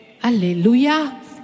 Hallelujah